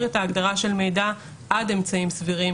את ההגדרה של מידע עד "אמצעים סבירים",